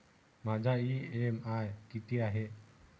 माझा इ.एम.आय किती आहे?